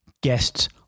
Guests